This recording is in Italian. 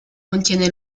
contiene